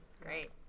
great